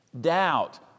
doubt